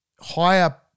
higher